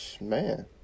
man